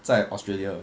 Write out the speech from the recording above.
在 australia